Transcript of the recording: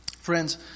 Friends